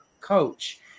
coach